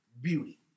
beauty